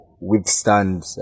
withstand